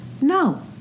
No